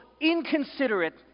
inconsiderate